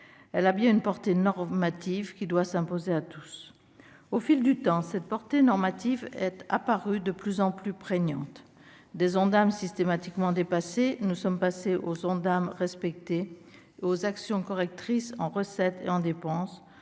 Elle a bien une portée normative, qui doit s'imposer à tous. Au fil du temps, cette portée normative est apparue de plus en plus prégnante. Des Ondam systématiquement dépassés, nous sommes passés aux Ondam respectés et aux actions correctrices, en recettes et en dépenses,